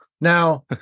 Now